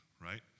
right